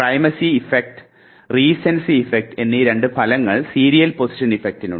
primacy effect recency effect എന്നീ രണ്ടു ഫലങ്ങൾ സീരിയൽ പൊസിഷൻ ഇഫക്റ്റിനുണ്ട്